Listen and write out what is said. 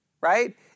right